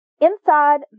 Inside